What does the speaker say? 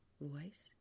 voice